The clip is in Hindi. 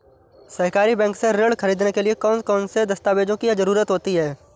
सहकारी बैंक से ऋण ख़रीदने के लिए कौन कौन से दस्तावेजों की ज़रुरत होती है?